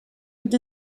fynd